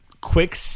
quick